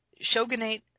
Shogunate